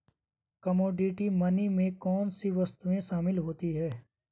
Commodity money में कौन सी वस्तुएं शामिल होती हैं?